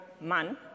man